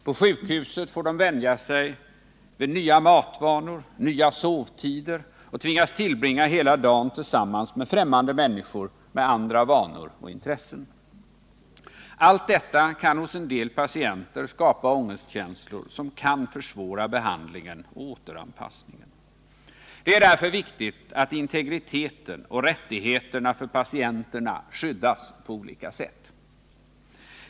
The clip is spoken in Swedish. På sjukhuset får de vänja sig vid nya matvanor, nya sovtider och tvingas tillbringa hela dagen tillsammans med främmande människor med andra vanor och intressen. Allt detta kan hos en del patienter skapa ångestkänslor, som kan försvåra behandlingen och återanpassningen. Det är därför viktigt att integriteten och rättigheterna för patienterna skyddas på olika sätt.